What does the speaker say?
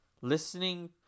listening